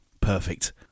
Perfect